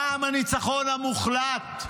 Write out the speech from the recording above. פעם הניצחון המוחלט,